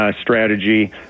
strategy